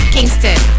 Kingston